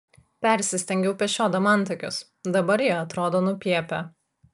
persistengiau pešiodama antakius dabar jie atrodo nupiepę